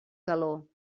calor